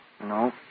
No